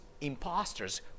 imposters